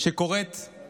שכשקורית בה